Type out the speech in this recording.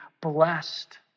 blessed